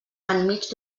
enmig